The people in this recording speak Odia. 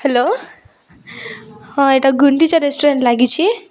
ହାଲୋ ହଁ ଏଟା ଗୁଣ୍ଡିଚା ରେଷ୍ଟୁରାଣ୍ଟ ଲାଗିଛି